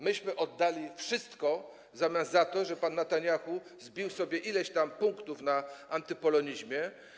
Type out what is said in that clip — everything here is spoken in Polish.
Myśmy oddali wszystko w zamian za to, że pan Netanjahu zbił sobie ileś tam punktów na antypolonizmie.